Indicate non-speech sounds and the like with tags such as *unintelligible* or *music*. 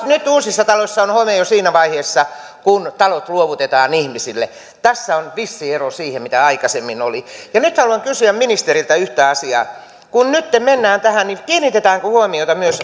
*unintelligible* nyt uusissa taloissa on home jo siinä vaiheessa kun talot luovutetaan ihmisille tässä on vissi ero siihen mitä aikaisemmin oli nyt haluan kysyä ministeriltä yhtä asiaa kun nytten mennään tähän niin kiinnitetäänkö huomiota myös *unintelligible*